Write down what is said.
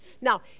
Now